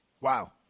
Wow